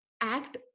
act